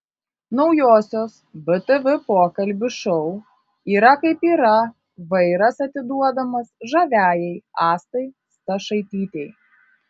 naujosios btv pokalbių šou yra kaip yra vairas atiduodamas žaviajai astai stašaitytei